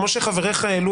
כמו שחבריך העלו,